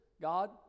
God